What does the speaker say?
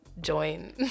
join